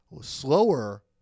slower